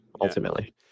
ultimately